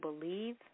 believe